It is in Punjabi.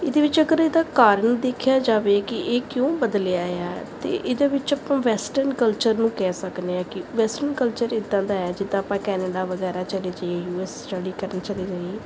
ਇਹਦੇ ਵਿੱਚ ਅਗਰ ਇਹਦਾ ਕਾਰਨ ਦੇਖਿਆ ਜਾਵੇ ਕਿ ਇਹ ਕਿਉਂ ਬਦਲਿਆ ਆ ਅਤੇ ਇਹਦੇ ਵਿੱਚ ਆਪਾਂ ਵੈਸਟਰਨ ਕਲਚਰ ਨੂੰ ਕਹਿ ਸਕਦੇ ਹਾਂ ਕਿ ਵੈਸਟਰਨ ਕਲਚਰ ਇੱਦਾਂ ਦਾ ਆ ਜਿੱਦਾਂ ਆਪਾਂ ਕੈਨੇਡਾ ਵਗੈਰਾ ਚਲੇ ਜਾਈਏ ਯੂ ਐੱਸ ਸਟੱਡੀ ਕਰਨ ਚਲੇ ਜਾਈਏ